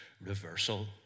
reversal